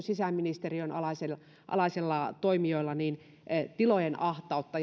sisäministeriön alaisilla alaisilla toimijoilla tilojen ahtautta